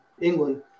England